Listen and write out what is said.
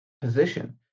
position